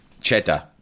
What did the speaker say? cheddar